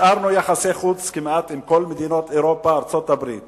השארנו יחסי חוץ כמעט עם כל מדינות אירופה וארצות-הברית